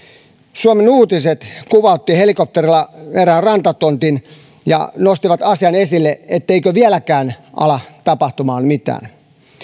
suomen uutiset kuvautti helikopterilla erään rantatontin ja nosti asian esille etteikö vieläkään ala tapahtumaan mitään